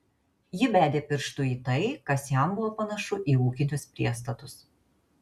ji bedė pirštu į tai kas jam buvo panašu į ūkinius priestatus